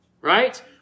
Right